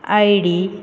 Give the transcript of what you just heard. ID